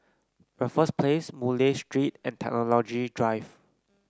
Raffles Place Murray Street and Technology Drive